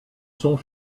sont